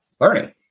learning